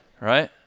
Right